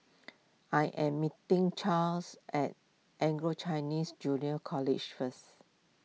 I am meeting Chas at Anglo Chinese Junior College first